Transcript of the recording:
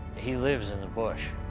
he lives in the bush.